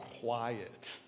quiet